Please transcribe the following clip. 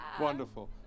Wonderful